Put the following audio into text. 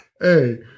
hey